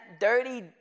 dirty